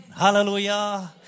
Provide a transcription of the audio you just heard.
Hallelujah